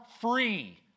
free